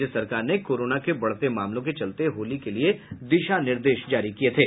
राज्य सरकार ने कोरोना के बढ़ते मामलों के चलते होली के लिए दिशा निर्देश जारी किए थे